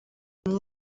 uyu